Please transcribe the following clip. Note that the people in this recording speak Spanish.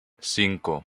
cinco